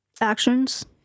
actions